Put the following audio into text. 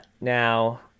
Now